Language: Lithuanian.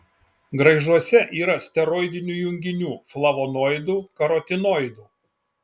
graižuose yra steroidinių junginių flavonoidų karotinoidų